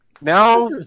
Now